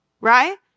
right